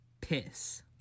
Piss